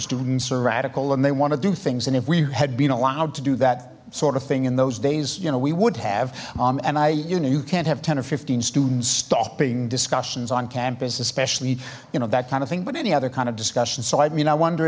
students are radical and they want to do things and if we had been allowed to do that sort of thing in those days you know we would have and i you know you can't have ten or fifteen students stopping discussions on campus especially you know that kind of thing but any other kind of discussions so i mean i wonder